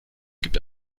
gibt